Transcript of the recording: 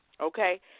Okay